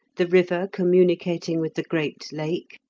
the river communicating with the great lake,